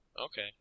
Okay